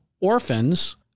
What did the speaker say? orphans